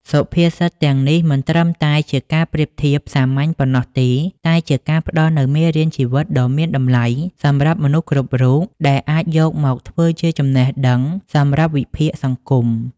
សុភាសិតទាំងនេះមិនត្រឹមតែជាការប្រៀបធៀបសាមញ្ញប៉ុណ្ណោះទេ តែជាការផ្តល់នូវមេរៀនជីវិតដ៏មានតម្លៃសម្រាប់មនុស្សគ្រប់រូប ដែលអាចយកមកធ្វើជាចំណេះដឹងសម្រាប់វិភាគសង្គម។